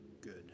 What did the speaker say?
good